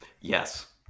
Yes